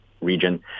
region